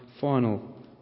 final